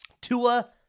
Tua